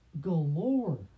galore